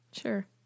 Sure